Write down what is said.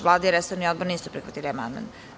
Vlada i resorni odbor nisu prihvatili amandman.